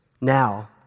Now